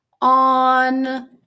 on